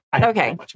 Okay